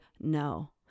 no